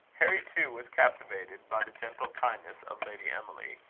harry, too, was captivated by the gentle kindness of lady emily,